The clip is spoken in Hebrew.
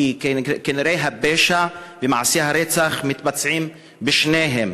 כנראה הפשע ומעשי הרצח מתבצעים בשניהם.